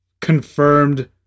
confirmed